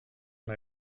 mal